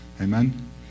Amen